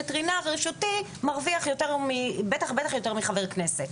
וטרינר רשותי מרוויח בטח ובטח יותר מחבר כנסת,